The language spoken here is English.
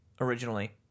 originally